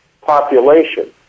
population